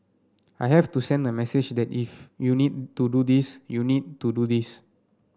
I have to send the message that if you need to do this you need to do this